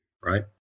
Right